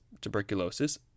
tuberculosis